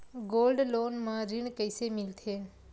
Gold loan म ऋण कइसे मिलथे?